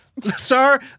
Sir